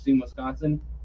wisconsin